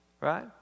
Right